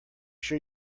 sure